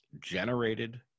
generated